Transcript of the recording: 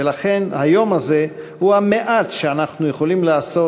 ולכן היום הזה הוא המעט שאנו יכולים לעשות